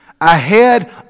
Ahead